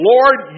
Lord